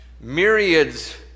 myriads